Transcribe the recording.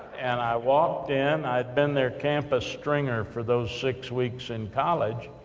and i walked in, i had been their campus stringer for those six weeks in college,